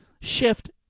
shift